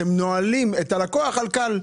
אתם נועלים את הלקוח על כאל.